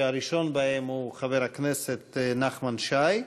והראשון בהם הוא חבר הכנסת נחמן שי.